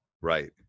Right